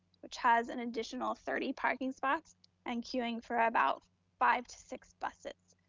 which has an additional thirty parking spots and queuing for about five to six buses.